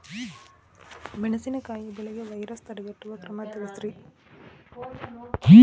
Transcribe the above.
ಮೆಣಸಿನಕಾಯಿ ಬೆಳೆಗೆ ವೈರಸ್ ತಡೆಗಟ್ಟುವ ಕ್ರಮ ತಿಳಸ್ರಿ